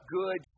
good